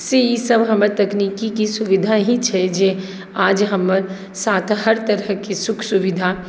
से ई सभ हमर तकनीकीके सुविधा ही छै जे आज हमर साथ हर तरहके सुख सुविधा